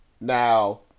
Now